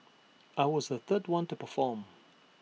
I was the third one to perform